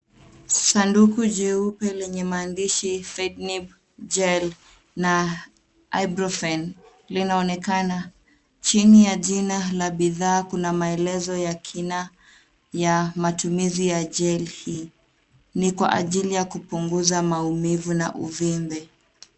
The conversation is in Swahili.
Sanduku jeupe lenye maandishi, "Fenbid Gel" na "Ibrufen",linaonekana. Chini ya jina la bidhaa kuna maelezo ya kina ya matumizi ya gel hii. Ni kwa ajili ya kupunguza maumivu na uvimbe.